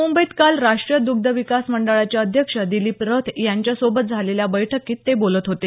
मुंबईत काल राष्टीय दग्ध विकास मंडळाचे अध्यक्ष दिलीप रथ यांच्यासोबत झालेल्या बैठकीत ते बोलत होते